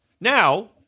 now